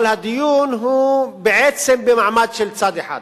אבל הדיון הוא בעצם במעמד של צד אחד,